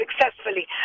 successfully